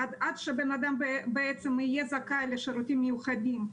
עד שהבן-אדם בעצם יהיה זכאי לשירותים מיוחדים,